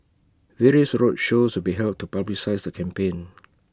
various roadshows will be held to publicise the campaign